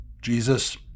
Jesus